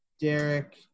Derek